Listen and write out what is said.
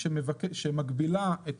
ואנחנו מבינים שיש בעיה שהיא בעיה אקוטית